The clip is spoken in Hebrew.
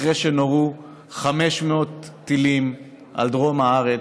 אחרי שנורו 500 טילים על דרום הארץ,